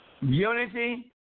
Unity